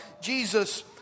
Jesus